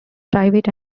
private